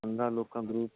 پندرہ لوگ کا گروپ